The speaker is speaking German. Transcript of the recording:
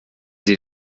sie